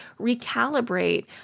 recalibrate